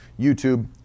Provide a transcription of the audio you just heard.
YouTube